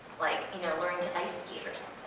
like, you know, learning to ice skate or so